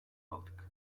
aldık